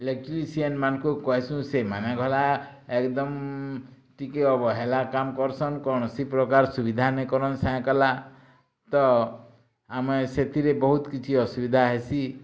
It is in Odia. ଇଲେକ୍ଟ୍ରିସିଆନ୍ମାନଙ୍କୁ କହିସୁଁ ସେମାନେ ଗଲା ଏକଦମ୍ ଟିକେ ଅବହେଲା କାମ୍ କରସନ୍ କୌଣସି ପ୍ରକାର୍ ସୁବିଧା ନାଇଁକରନ୍ ସାଏଁକଲା ତ ଆମେ ସେଥିରେ ବହୁତ୍ କିଛି ଅସୁବିଧା ହେସି